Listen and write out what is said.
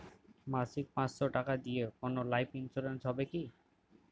মাসিক পাঁচশো টাকা দিয়ে কোনো লাইফ ইন্সুরেন্স হবে কি?